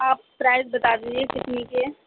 آپ پرائز بتا دیجیے کتنی کی ہے